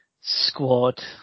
squad